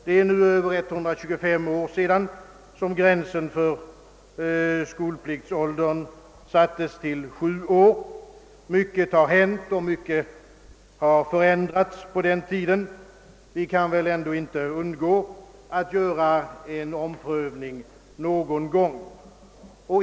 Det är nu över 125 år sedan, som gränsen för skolpliktsåldern sattes till sju år. Mycket har hänt och mycket har förändrats sedan dess. Vi kan inte undgå att någon gång företa en om Prövning.